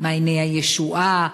"מעייני הישועה",